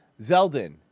Zeldin